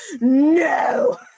no